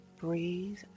breathe